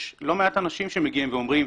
יש לא מעט אנשים שמגיעים ואומרים: